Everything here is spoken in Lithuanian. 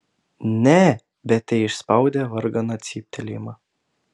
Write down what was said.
ne bet teišspaudė varganą cyptelėjimą